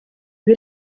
ibi